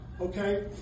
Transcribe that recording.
okay